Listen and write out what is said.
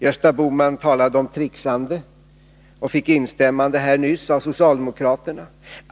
Gösta Bohman talade om tricksande, och han har här fått instämmande från socialdemokratiskt håll.